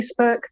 Facebook